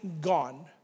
gone